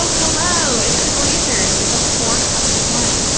hello, it's the glazers with the four cups of wine.